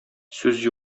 сүз